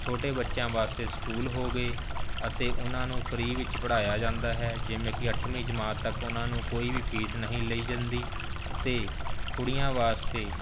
ਛੋਟੇ ਬੱਚਿਆਂ ਵਾਸਤੇ ਸਕੂਲ ਹੋ ਗਏ ਅਤੇ ਉਹਨਾਂ ਨੂੰ ਫ੍ਰੀ ਵਿੱਚ ਪੜ੍ਹਾਇਆ ਜਾਂਦਾ ਹੈ ਜਿਵੇਂ ਕਿ ਅੱਠਵੀਂ ਜਮਾਤ ਤੱਕ ਉਹਨਾਂ ਨੂੰ ਕੋਈ ਵੀ ਫੀਸ ਨਹੀਂ ਲਈ ਜਾਂਦੀ ਅਤੇ ਕੁੜੀਆਂ ਵਾਸਤੇ